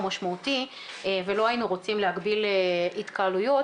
משמעותי ולא היינו רוצים להגביל התקהלויות,